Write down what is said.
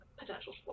Potential